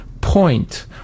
point